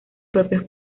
propios